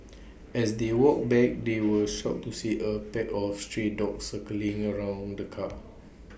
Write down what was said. as they walked back they were shocked to see A pack of stray dogs circling around the car